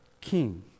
king